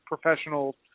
professional